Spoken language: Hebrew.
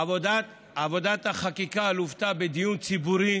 עבודת החקיקה לוותה בדיון ציבורי